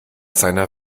seiner